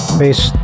face